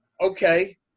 okay